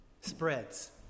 spreads